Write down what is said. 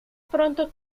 pronto